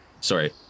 Sorry